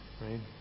Right